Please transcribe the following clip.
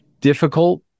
difficult